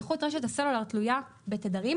איכות רשת הסלולר תלויה בתדרים,